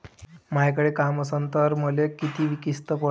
मायाकडे काम असन तर मले किती किस्त पडन?